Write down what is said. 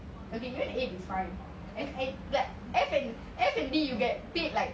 okay you know even eight is fine like F and F&B you get paid like